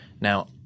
Now